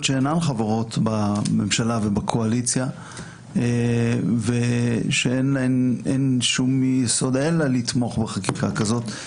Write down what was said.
שאינן חברות בממשלה ובקואליציה כי אין שום יסוד אלא לתמוך בחקיקה כזאת.